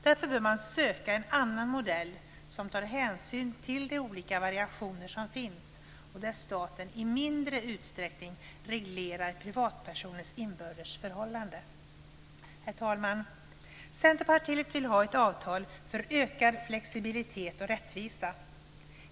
Därför bör man söka en annan modell, som tar hänsyn till de olika variationer som finns och där staten i mindre utsträckning reglerar privatpersoners inbördes förhållanden. Herr talman! Centerpartiet vill ha ett avtal för ökad flexibilitet och rättvisa.